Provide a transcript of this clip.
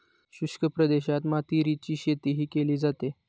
शुष्क प्रदेशात मातीरीची शेतीही केली जाते